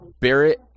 Barrett